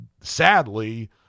sadly